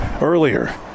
earlier